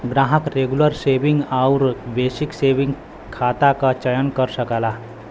ग्राहक regular saving आउर basic saving खाता क चयन कर सकला